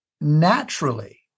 naturally